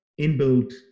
inbuilt